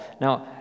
now